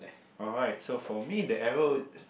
alright so for me the arrow